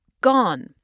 gone